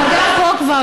אבל גם פה כבר,